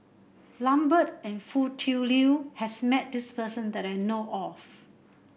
Lambert and Foo Tui Liew has met this person that I know of